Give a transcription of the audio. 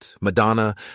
Madonna